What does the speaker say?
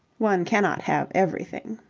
one cannot have everything.